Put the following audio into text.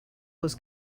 was